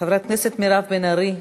חברת הכנסת מירב בן ארי.